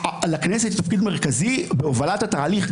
לכנסת תפקיד מרכזי בהובלת התהליך,